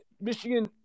Michigan